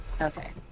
Okay